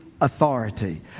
Authority